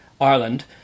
Ireland